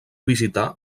visitar